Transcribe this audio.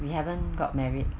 we haven't got married